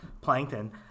plankton